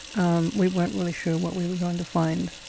um we weren't really sure what we were going to find.